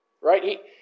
right